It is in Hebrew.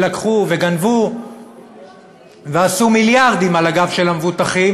לקחו וגנבו ועשו מיליארדים על הגב של המבוטחים,